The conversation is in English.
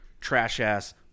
trash-ass